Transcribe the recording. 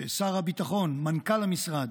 ששר הביטחון, מנכ"ל המשרד,